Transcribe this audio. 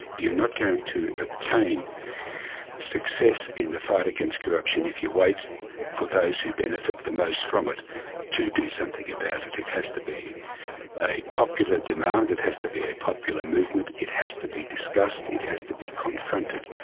you're not going to obtain success in the fight against corruption if you wait for those who benefit the most from it to do something about it. it has to be a popular demand, it has to be a popular movement, it has to be discussed, it has to be confronted.